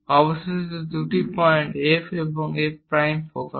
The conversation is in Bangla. অবশেষে দুটি পয়েন্ট F এবং F প্রাইম ফোকাস